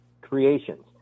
creations